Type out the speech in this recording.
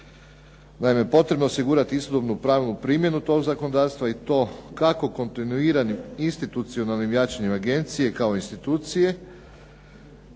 Naime, potrebno je osigurati istodobnu pravnu primjenu tog zakonodavstvom i to kao kontinuiranim institucionalnim jačanjem agencije kao institucije